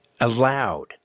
allowed